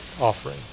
offering